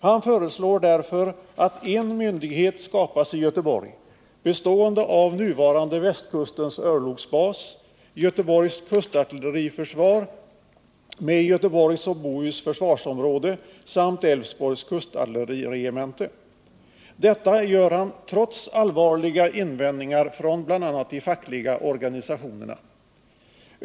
Han föreslår därför att en myndighet skapas i Göteborg, bestående av nuvarande Västkustens örlogsbas, Göteborgs kustartilleriförsvar med Göteborgs och Bohus försvarsområde samt Älvsborgs kustartilleriregemente. Detta gör han trots allvarliga invändningar från bl.a. de fackliga organisationerna.